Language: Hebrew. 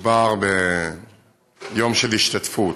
מדובר ביום של ההשתתפות,